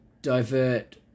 divert